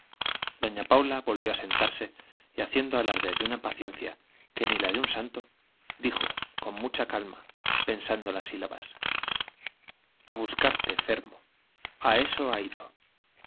doña paula volvió a sentarse y haciendo alarde de una paciencia que ni la de un santo dijo con mucha calma pesando las sílabas a buscarte fermo a eso ha ido